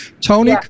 Tony